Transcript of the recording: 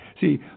See